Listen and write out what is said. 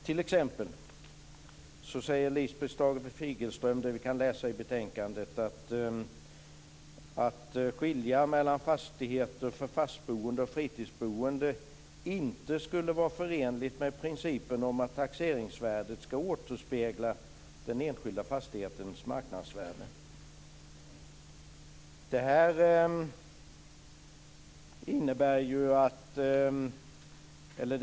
Lisbeth Staaf Igelström säger t.ex. det vi kan läsa i betänkandet, att det inte skulle vara förenligt med principen om att taxeringsvärdet ska återspegla den enskilda fastighetens marknadsvärde att skilja mellan fastigheter för fastboende och fritidsboende.